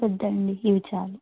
వద్దండి ఇవి చాలు